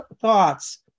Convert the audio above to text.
thoughts